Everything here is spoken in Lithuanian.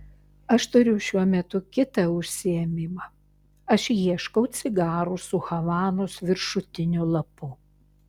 aš turiu šiuo metu kitą užsiėmimą aš ieškau cigarų su havanos viršutiniu lapu